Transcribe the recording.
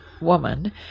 woman